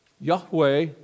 Yahweh